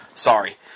Sorry